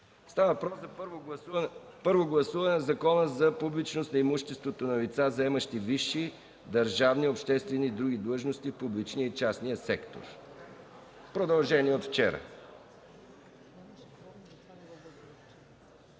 Става въпрос за първо гласуване на Закона за публичност на имуществото на лица, заемащи висши държавни, обществени и други длъжности в публичния и частния сектор – продължение от вчера.